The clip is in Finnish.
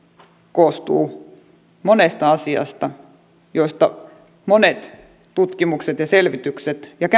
koostuu monesta asiasta joista monet tutkimukset ja selvitykset ja käytännön